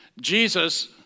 Jesus